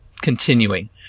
continuing